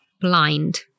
blind